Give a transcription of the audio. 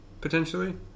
Potentially